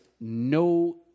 no